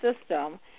system